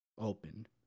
open